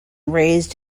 raised